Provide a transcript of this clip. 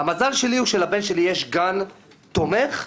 המזל שלי הוא שלבן שלי יש גן תומך ומכיל.